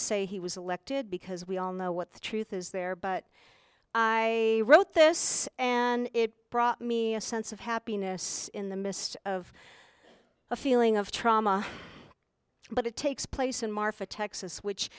say he was elected because we all know what the truth is there but i wrote this and it brought me a sense of happiness in the midst of a feeling of trauma but it takes place in marfa texas which